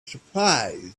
surprised